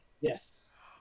Yes